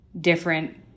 different